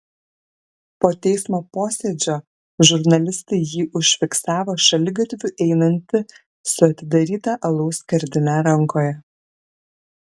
po teismo posėdžio žurnalistai jį užfiksavo šaligatviu einantį su atidaryta alaus skardine rankoje